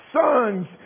sons